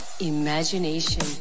Imagination